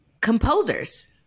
Composers